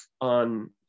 on